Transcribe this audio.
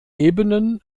ebenen